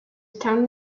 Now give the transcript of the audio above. town